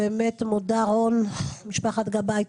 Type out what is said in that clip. אני מאוד מודה לרון ולמשפחת גבאי,